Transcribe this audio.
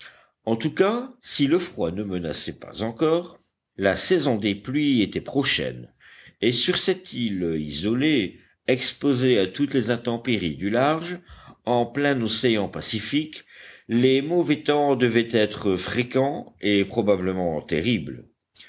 en tout cas si le froid ne menaçait pas encore la saison des pluies était prochaine et sur cette île isolée exposée à toutes les intempéries du large en plein océan pacifique les mauvais temps devaient être fréquents et probablement terribles